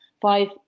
five